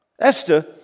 Esther